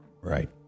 Right